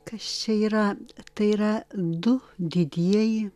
kas čia yra tai yra du didieji